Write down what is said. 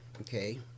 okay